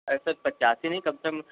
अरे सर पच्चासी नहीं कम से कम